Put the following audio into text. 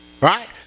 right